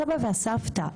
הסבא והסבתא,